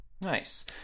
Nice